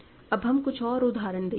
अब हम कुछ और उदाहरण देखते हैं